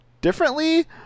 differently